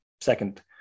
second